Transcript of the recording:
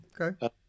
Okay